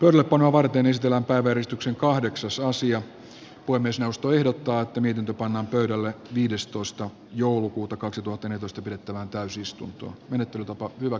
eduskunnan työtilanteen takia puhemiesneuvosto ehdottaa että asian ainoassa käsittelyssä noudatettavasta menettelytavasta päätetään jo tässä istunnossa